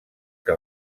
que